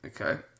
Okay